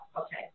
okay